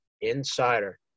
insider